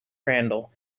randall